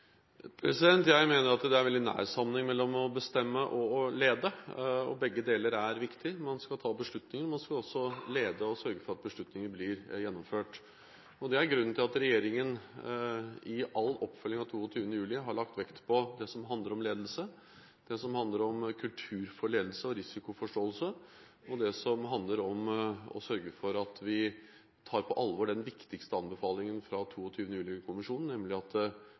Jeg mener at det er veldig nær sammenheng mellom å bestemme og å lede, og begge deler er viktig. Man skal ta beslutninger, og man skal også lede og sørge for at beslutninger blir gjennomført. Det er grunnen til at regjeringen i all oppfølging av 22. juli har lagt vekt på det som handler om ledelse, det som handler om kultur for ledelse og risikoforståelse, og det som handler om å sørge for at vi tar på alvor den viktigste anbefalingen fra 22. juli-kommisjonen, nemlig at